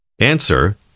Answer